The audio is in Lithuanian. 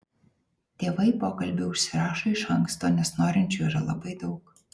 tėvai pokalbiui užsirašo iš anksto nes norinčiųjų yra labai daug